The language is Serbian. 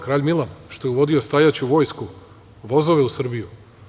Kralj Milan, što je uvodio stajaću vojsku, vozove u Srbiju?